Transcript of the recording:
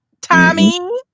Tommy